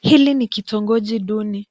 Hili ni kitongoji duni,